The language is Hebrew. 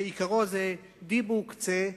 שעיקרו הוא "דיבוק צא".